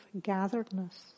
gatheredness